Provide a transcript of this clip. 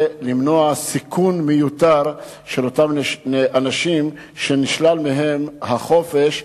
למנוע סיכון מיותר של אותם אנשים שנשלל מהם החופש,